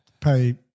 pay